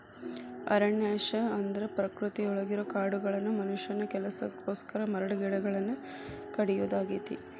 ಅರಣ್ಯನಾಶ ಅಂದ್ರ ಪ್ರಕೃತಿಯೊಳಗಿರೋ ಕಾಡುಗಳನ್ನ ಮನುಷ್ಯನ ಕೆಲಸಕ್ಕೋಸ್ಕರ ಮರಗಿಡಗಳನ್ನ ಕಡಿಯೋದಾಗೇತಿ